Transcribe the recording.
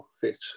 fit